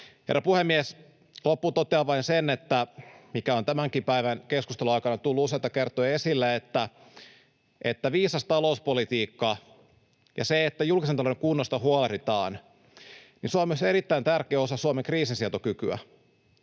Herra puhemies! Loppuun totean vain sen, mikä on tämänkin päivän keskustelun aikana tullut useita kertoja esille, että viisas talouspolitiikka ja se, että julkisen talouden kunnosta huolehditaan, on myös erittäin tärkeä osa Suomen kriisinsietokykyä.